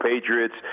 Patriots